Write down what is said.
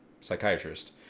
psychiatrist